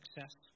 success